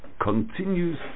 continues